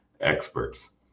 Experts